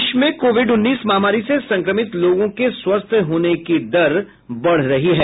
देश में कोविड उन्नीस महामारी से संक्रमित लोगों के स्वस्थ होने की दर बढ रही है